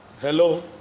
Hello